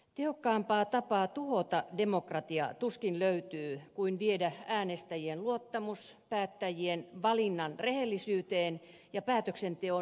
tehokkaampaa tapaa tuhota demokratia tuskin löytyy kuin viedä äänestäjien luottamus päättäjien valinnan rehellisyyteen ja päätöksenteon riippumattomuuteen